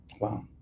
Wow